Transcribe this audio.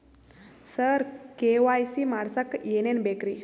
ಸರ KYC ಮಾಡಸಕ್ಕ ಎನೆನ ಬೇಕ್ರಿ?